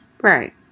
Right